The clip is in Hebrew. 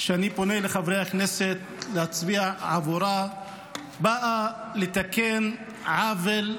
שאני פונה לחברי הכנסת להצביע עבורה באה לתקן עוול,